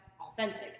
authentic